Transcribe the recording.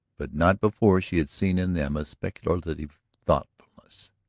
but not before she had seen in them a speculative thoughtfulness.